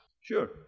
Sure